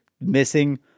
missing